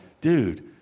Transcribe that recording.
dude